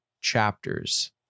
chapters